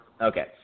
Okay